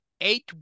eight